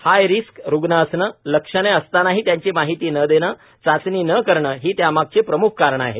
हाय risk रुग्ण असणे लक्षणे असतानाही त्याची माहिती न देणे चाचणी न करणे ही त्यामागची प्रम्ख कारणे आहेत